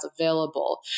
available